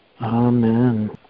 Amen